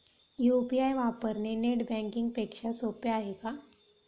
UPI वापरणे net banking पेक्षा सोपे आहे का?